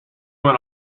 went